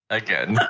again